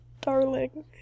Darling